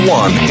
one